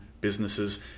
businesses